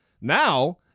Now